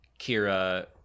Kira